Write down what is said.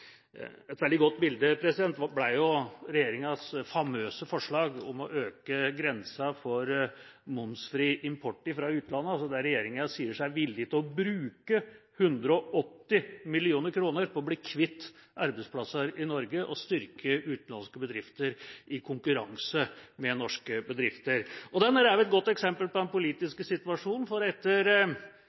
Et veldig godt bilde var regjeringas famøse forslag om å øke grensa for momsfri import fra utlandet, der regjeringa sa seg villig til å bruke 180 mill. kr på å bli kvitt arbeidsplasser i Norge og styrke utenlandske bedrifter i konkurranse med norske bedrifter. Dette er et godt eksempel på den politiske situasjonen, for etter